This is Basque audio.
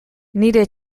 nire